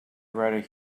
write